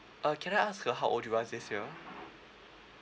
uh can I ask uh how old you are this year